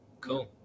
Cool